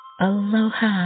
Aloha